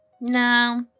no